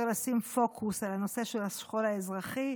לשים פוקוס על הנושא של השכול האזרחי.